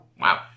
Wow